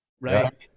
Right